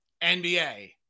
NBA